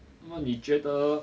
那么你觉得